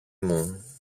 μου